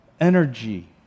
energy